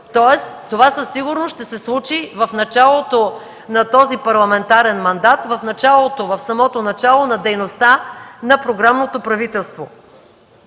това със сигурност ще се случи в началото на този парламентарен мандат, в самото начало на дейността на програмното правителство.